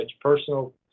personal